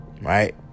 right